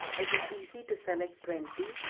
it was easy to select twenty,